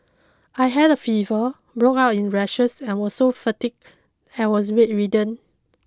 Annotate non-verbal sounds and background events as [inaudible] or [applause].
I had a fever broke out in rashes and was so fatigued I was [unintelligible] bedridden